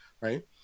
right